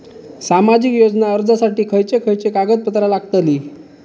सामाजिक योजना अर्जासाठी खयचे खयचे कागदपत्रा लागतली?